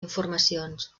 informacions